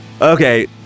Okay